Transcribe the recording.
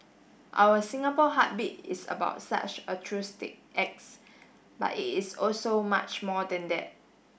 our Singapore Heartbeat is about such altruistic acts but it is also much more than that